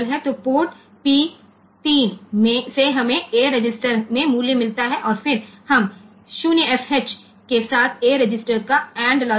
तो port P 3 से हमें A रजिस्टर में मूल्य मिलता है और फिर हम 0fh के साथ A रजिस्टर का एंड लॉजिकल करते है